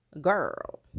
girl